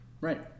Right